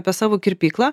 apie savo kirpyklą